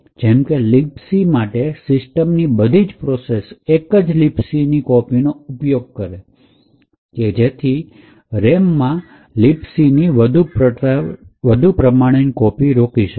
જેમકે libc માટે system ની બધી જ પ્રોસેસ એક જ libc ની કોપી નો ઉપયોગ કરે તે જરૂરી છે તેથી RAM માં libc ની કોપી રોકી શકાય